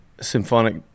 symphonic